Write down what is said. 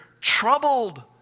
troubled